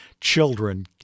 children